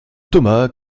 thomas